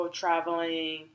traveling